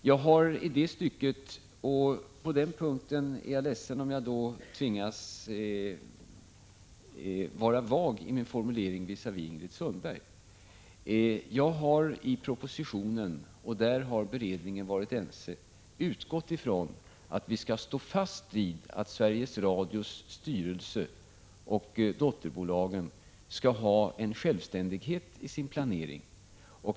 Jag har — och på den punkten är jag ledsen om jag tvingas vara vag i min formulering visavi Ingrid Sundberg — i propositionen, och där har beredningen varit ense, utgått ifrån att vi skall stå fast vid att Sveriges Radios styrelse och dotterbolagen skall ha en självständighet i sin planering.